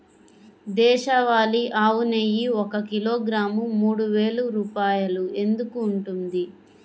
దేశవాళీ ఆవు నెయ్యి ఒక కిలోగ్రాము మూడు వేలు రూపాయలు ఎందుకు ఉంటుంది?